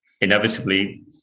inevitably